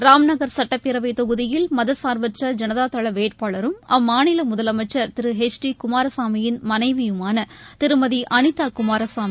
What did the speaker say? ராம்நகர் சட்டப்பேரவைத் தொகுதியில் மதசார்பற்ற ஜனதாதளவேட்பாளரும் அம்மாநிலமுதலமைச்சர் திருஹெச் டி குமாரசாமியின் மனைவியுமானதிருமதிஅனிதாகுமாரசாமி